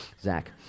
Zach